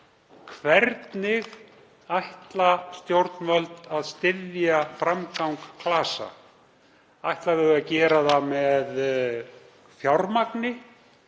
Hvernig ætla stjórnvöld að styðja við framgang klasa? Ætla þau að gera það með fjármagni?